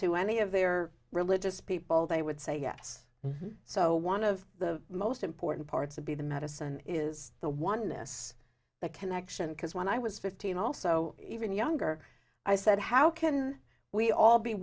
to any of their religious people they would say yes so one of the most important parts of be the medicine is the oneness that connection because when i was fifteen also even younger i said how can we all be